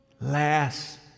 Last